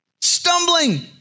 stumbling